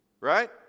Right